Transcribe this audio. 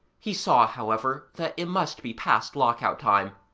he saw, however, that it must be past lock-out time,